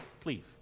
Please